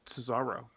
Cesaro